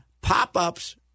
Pop-ups